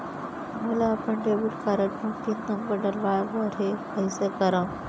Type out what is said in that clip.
मोला अपन debit card म पिन नंबर डलवाय बर हे कइसे करव?